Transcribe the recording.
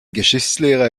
geschichtslehrer